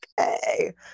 Okay